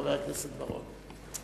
חבר הכנסת בר-און.